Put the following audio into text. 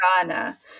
Ghana